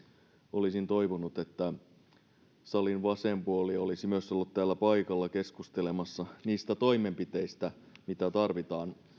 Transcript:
olisin toivonut että myös salin vasen puoli olisi ollut täällä paikalla keskustelemassa niistä toimenpiteistä mitä tarvitaan